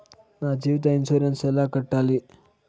నా జీవిత ఇన్సూరెన్సు ఎలా కట్టాలి?